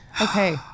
Okay